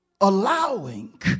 allowing